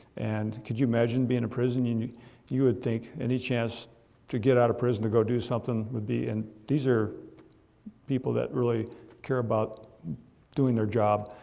and could you imagine being in prison? you you would think any chance to get out of prison to go do something would be, and these are people that really care about doing their job.